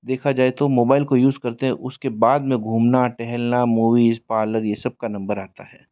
देखा जाए तो मोबाइल को यूज़ करते हैं उसके बाद में घूमना टहलना मूवीस पार्लर ये सब का नंबर आता है